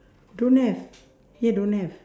don't have here don't have